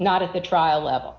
not at the trial level